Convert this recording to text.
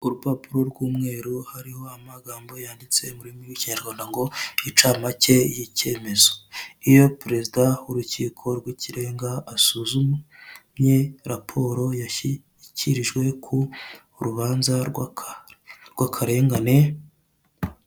Urupapuro rw'umweru hariho amagambo yanditse mu rurimi rw'ikinyarwanda ngo inshamake y'ikemezo. Iyo perezida w'urukiko rw'ikirenga asuzumye raporo yashyikirijwe ku rubanza rw'akarengane.